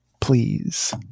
please